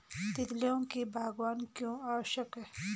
तितलियों की बागवानी क्यों आवश्यक है?